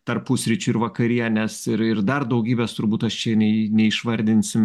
tarp pusryčių ir vakarienės ir ir dar daugybės turbūt aš čia ne neišvardinsim